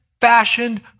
fashioned